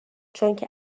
چونکه